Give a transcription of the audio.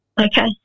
Okay